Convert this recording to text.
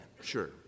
Sure